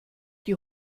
die